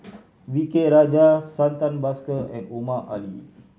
V K Rajah Santha Bhaskar and Omar Ali